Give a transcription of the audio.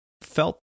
felt